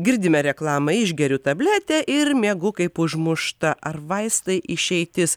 girdime reklamą išgeriu tabletę ir miegu kaip užmušta ar vaistai išeitis